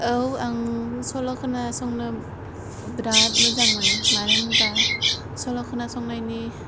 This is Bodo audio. औ आं सल' खोनासंनो बिराद मोजां मोनो मानो होनोब्ला सल' खोनासंनायनि